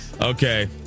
Okay